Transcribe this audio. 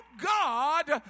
God